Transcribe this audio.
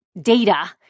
data